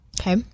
Okay